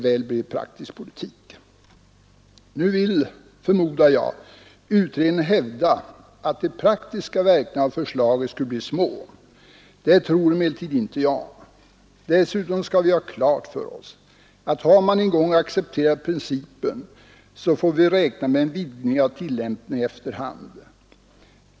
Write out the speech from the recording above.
Nu vill, förmodar jag, utredningen hävda att de praktiska verkningarna av förslaget skulle bli små. Det tror emellertid inte jag. Dessutom skall vi ha klart för oss att har man en gång accepterat principen, så får vi räkna med en vidgning av tillämpningen efter hand.